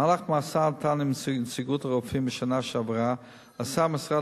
במהלך משא-ומתן עם נציגות הרופאים בשנה שעברה עשה משרד